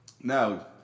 Now